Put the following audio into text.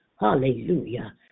Hallelujah